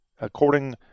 according